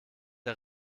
der